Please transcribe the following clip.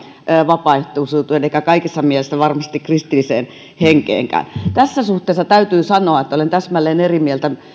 vapaaehtoisuuteen eikä kaikessa mielessä varmasti kristilliseen henkeenkään tässä suhteessa täytyy sanoa että olen täsmälleen eri mieltä